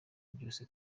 byose